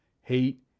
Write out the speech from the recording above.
hate